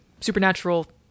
supernatural